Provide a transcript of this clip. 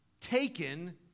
taken